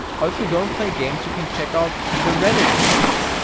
or if you don't play games, you can checkout the reddit apis.